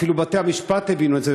אפילו בתי-המשפט הבינו את זה,